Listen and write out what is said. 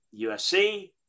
USC